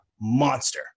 monster